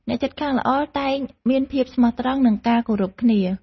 អ្នកជិតខាងល្អតែងមានភាពស្មោះត្រង់ និងការគោរពគ្នា។